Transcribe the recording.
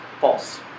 false